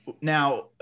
Now